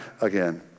again